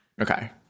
Okay